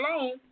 alone